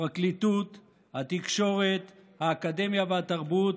הפרקליטות, התקשורת, האקדמיה והתרבות,